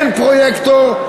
אין פרויקטור,